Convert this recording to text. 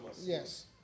Yes